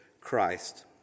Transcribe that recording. Christ